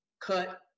cut